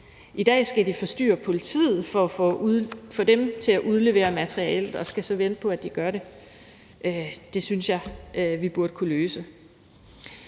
I dag skal de forstyrre politiet for at få dem til at udlevere materialet og skal så vente på, at de gør det. Det synes jeg vi burde kunne løse.